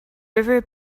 river